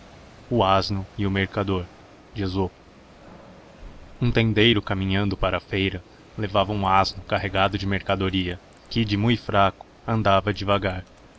o asno í o mercador h vh um tendeiro caminhando pama feira levava hum sno carregada çie mercadoria r que de mui fraco andava de